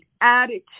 attitude